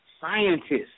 scientists